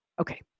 Okay